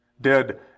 dead